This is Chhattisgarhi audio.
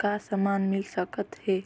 का समान मिल सकत हे?